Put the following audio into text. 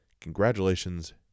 Congratulations